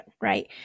right